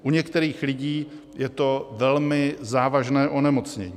U některých lidí je to velmi závažné onemocnění.